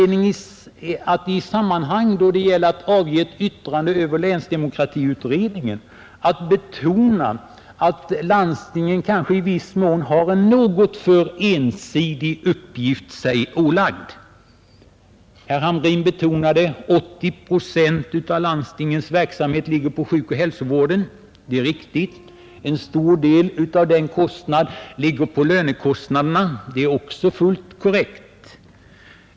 Då det gällde att avge ett yttrande över länsdemokratiutredningen fanns det skäl att betona att landstingen kanske har en något för ensidig uppgift sig ålagd. Herr Hamrin framhöll att 80 procent av landstingens verksamhet ligger på sjukoch hälsovården — det är riktigt — och att en stor del av kostnaderna härför är lönekostnader; det är också fullt korrekt.